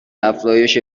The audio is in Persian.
افزایش